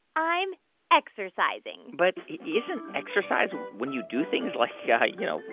i'm exercising but isn't exercise when you do things like, yeah you know,